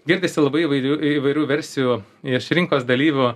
girdisi labai įvairių įvairių versijų iš rinkos dalyvių